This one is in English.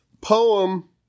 poem